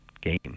game